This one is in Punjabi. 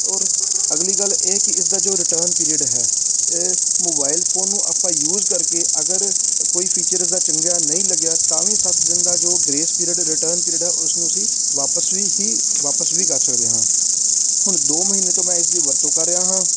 ਔਰ ਅਗਲੀ ਗੱਲ ਇਹ ਕਿ ਇਸਦਾ ਜੋ ਰਿਟਰਨ ਪੀਰੀਅਡ ਹੈ ਮੋਬਾਇਲ ਫੋਨ ਨੂੰ ਆਪਾਂ ਯੂਜ ਕਰਕੇ ਅਗਰ ਕੋਈ ਫੀਚਰ ਇਸਦਾ ਚੰਗਾ ਨਹੀਂ ਲੱਗਿਆ ਤਾਂ ਵੀ ਸੱਤ ਦਿਨ ਦਾ ਜੋ ਗਰੇਸ ਪੀਰੀਅਡ ਰਿਟਰਨ ਪੀਰੀਅਡ ਹੈ ਉਸ ਨੂੰ ਅਸੀਂ ਵਾਪਸ ਵੀ ਹੀ ਵਾਪਸ ਵੀ ਕਰ ਸਕਦੇ ਹਾਂ ਹੁਣ ਦੋ ਮਹੀਨੇ ਤੋਂ ਮੈਂ ਇਸ ਦੀ ਵਰਤੋਂ ਕਰ ਰਿਹਾ ਹਾਂ